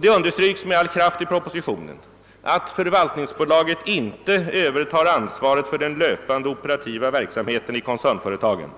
Det understrykes med all kraft i propositionen att förvaltningsbolaget inte övertar ansvaret för den löpande operativa verksamheten i koncernföretagen